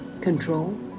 control